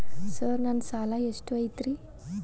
Sir ನನ್ನ ಸಾಲಾ ಎಷ್ಟು ಐತ್ರಿ?